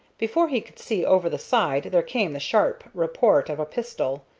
before he could see over the side there came the sharp report of a pistol,